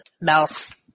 mouse